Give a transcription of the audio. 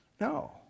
No